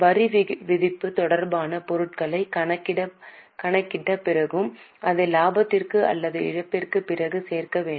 வரிவிதிப்பு தொடர்பான பொருட்களைக் கணக்கிட்ட பிறகும் அதை லாபத்திற்கான அல்லது இழப்பிற்குப் பிறகு சேர்க்க வேண்டும்